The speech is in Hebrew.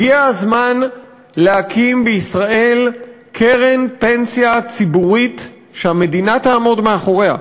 הגיע הזמן להקים בישראל קרן פנסיה ציבורית שהמדינה תעמוד מאחוריה,